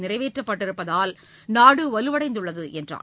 நிறைவேற்றப்பட்டிருப்பதால் நாடு வலுவடைந்துள்ளது என்றார்